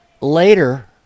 later